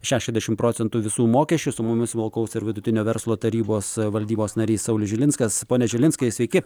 šešiasdešim procentų visų mokesčių su mumis smulkaus ir vidutinio verslo tarybos valdybos narys saulius žilinskas pone žilinskai sveiki